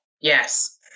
Yes